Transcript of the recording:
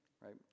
right